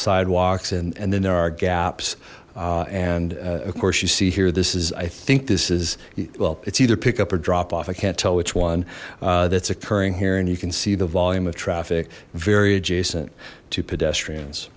sidewalks and and then there are gaps and of course you see here this is i think this is well it's either pickup or drop off i can't tell which one that's occurring here and you can see the volume of traffic very adjacent to pedestrians